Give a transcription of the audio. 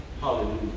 Hallelujah